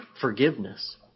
forgiveness